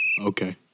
Okay